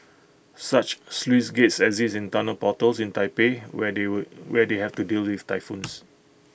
such sluice gates exist in tunnel portals in Taipei where they would where they have to deal with typhoons